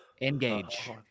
Engage